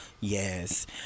Yes